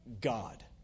God